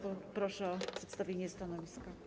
Proszę o przedstawienie stanowiska.